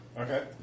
Okay